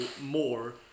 more